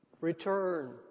Return